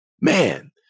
Man